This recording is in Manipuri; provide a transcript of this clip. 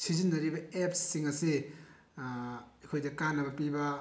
ꯁꯤꯖꯤꯟꯅꯔꯤꯕ ꯑꯦꯞꯁꯤꯡ ꯑꯁꯤ ꯑꯩꯈꯣꯏꯗ ꯀꯥꯟꯅꯕ ꯄꯤꯕ